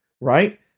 right